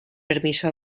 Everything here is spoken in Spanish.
permiso